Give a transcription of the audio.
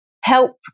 help